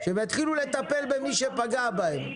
שהם יתחילו לטפל במי שפגע באזרחים.